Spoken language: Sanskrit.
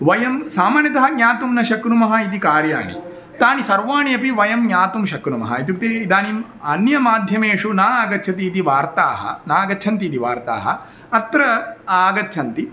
वयं सामान्यतः ज्ञातुं न शक्नुमः इति कार्याणि तानि सर्वाणि अपि वयं ज्ञातुं शक्नुमः इत्युक्ते इदानिम् अन्य माध्यमेषु न आगच्छति इति वार्ताः नागच्छन्तीति वार्ताः अत्र आगच्छन्ति